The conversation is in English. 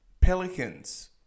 Pelicans